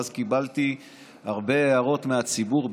ואז קיבלתי הרבה הערות מהציבור,